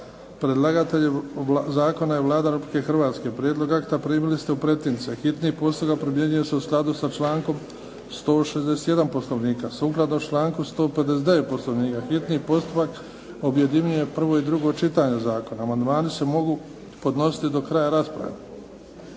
Predlagatelj zakona je Vlada Republike Hrvatske. Prijedlog akta primili ste u pretince. Hitni postupak primjenjuje se u skladu sa člankom 161. Poslovnika. Sukladno članku 159. Poslovnika hitni postupak objedinjuje prvo i drugo čitanje zakona. Amandmani se mogu podnositi do kraja rasprave.